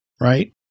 Right